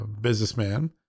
Businessman